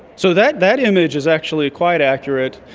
so that that image is actually quite accurate.